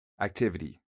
activity